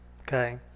okay